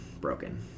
broken